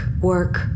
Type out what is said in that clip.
work